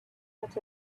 that